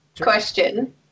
question